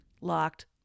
locked